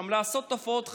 לעשות הופעות חיות.